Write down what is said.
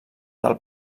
del